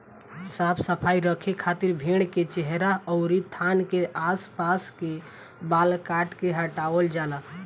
साफ सफाई रखे खातिर भेड़ के चेहरा अउरी थान के आस पास के बाल काट के हटावल जाला